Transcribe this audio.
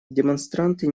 демонстранты